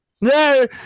No